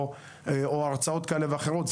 או הרצאות כאלה ואחרות,